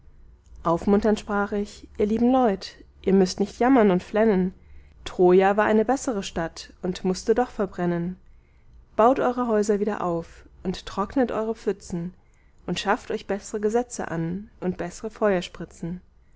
aufmunternd sprach ich ihr lieben leut ihr müßt nicht jammern und flennen troja war eine bessere stadt und mußte doch verbrennen baut eure häuser wieder auf und trocknet eure pfützen und schafft euch beßre gesetze an und beßre